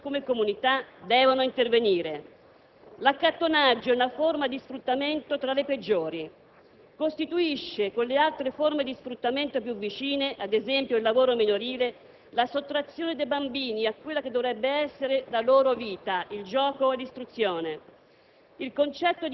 come singoli o come comunità, devono intervenire. L'accattonaggio è una forma di sfruttamento, tra le peggiori. Determina, con le altre forme di sfruttamento più vicine, ad esempio il lavoro minorile, la sottrazione dei bambini a quella che dovrebbe essere la loro vita: il gioco e l'istruzione.